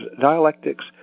dialectics